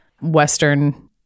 Western